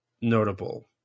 notable